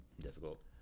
difficult